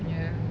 ya